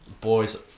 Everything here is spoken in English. Boys